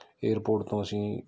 airport ਤੋਂ ਅਸੀਂ